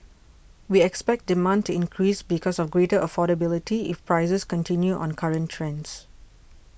we expect demand to increase because of greater affordability if prices continue on current trends